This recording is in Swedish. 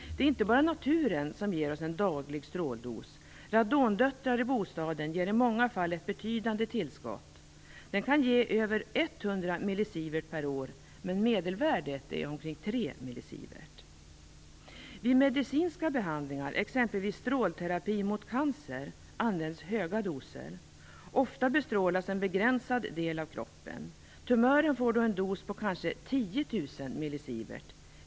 Det är inte bara naturen som ger oss en daglig stråldos. Radondöttrar i bostaden ger i många fall ett betydande tillskott. Det kan ge över 100 mSv per år, men medelvärdet är omkring 3 mSv. Vid medicinska behandlingar, t.ex. strålterapi mot cancer, används höga doser. Ofta bestrålas en begränsad del av kroppen. Tumören får då en dos på kanske 10 000 mSv.